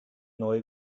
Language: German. neue